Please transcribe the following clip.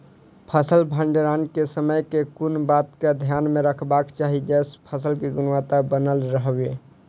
फसल भण्डारण केँ समय केँ कुन बात कऽ ध्यान मे रखबाक चाहि जयसँ फसल केँ गुणवता बनल रहै?